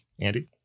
Andy